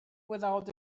without